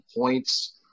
points